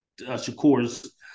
shakur's